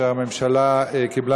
בבקשה, אדוני.